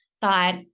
thought